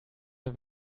der